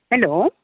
hello